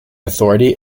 authority